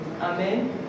Amen